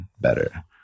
better